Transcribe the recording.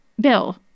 Bill